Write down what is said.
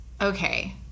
okay